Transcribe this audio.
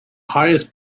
highest